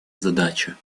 задача